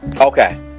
Okay